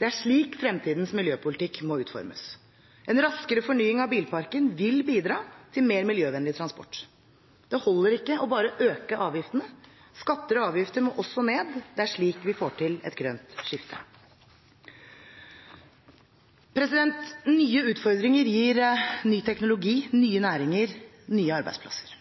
Det er slik fremtidens miljøpolitikk må utformes. En raskere fornying av bilparken vil bidra til mer miljøvennlig transport. Det holder ikke bare å øke avgiftene. Skatter og avgifter må også ned, det er slik vi får til et grønt skifte. Nye utfordringer gir ny teknologi, nye næringer og nye arbeidsplasser.